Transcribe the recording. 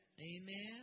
Amen